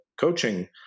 coaching